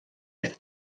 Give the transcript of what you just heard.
aeth